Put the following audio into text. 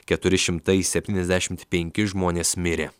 keturi šimtai septyniasdešimt penki žmonės mirė